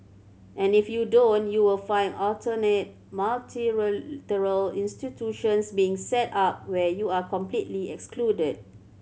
and if you don't you will find alternate multilateral institutions being set up where you are completely excluded